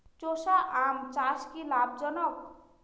চোষা আম চাষ কি লাভজনক?